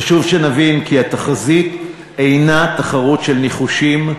חשוב שנבין כי התחזית אינה תחרות של ניחושים,